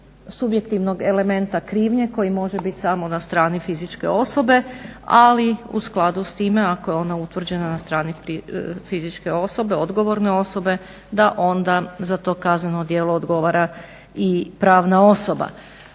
subjektivnog elementa krivnje koji može biti samo na strani fizičke osobe. Ali u skladu s time ako je ona utvrđena na strani fizičke osobe, odgovorne osobe da onda za to kazneno djelo odgovara i pravna osoba.